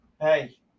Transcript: Hey